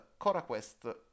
CoraQuest